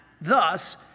thus